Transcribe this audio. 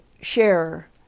share